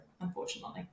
unfortunately